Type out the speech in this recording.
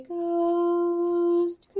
Ghost